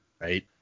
Right